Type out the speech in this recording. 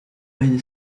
puede